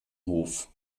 hof